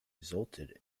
resulted